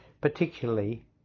particularly